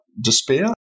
despair